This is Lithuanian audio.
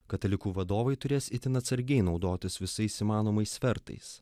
katalikų vadovai turės itin atsargiai naudotis visais įmanomais svertais